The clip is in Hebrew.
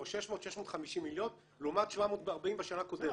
650-600 מיליון לעומת 740 בשנה הקודמת.